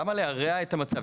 למה להרע את המצב?